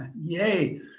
Yay